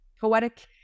poetic